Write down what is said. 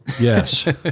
Yes